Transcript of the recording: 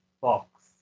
box